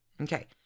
Okay